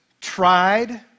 tried